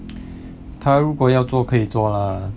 他如果要做可以做 lah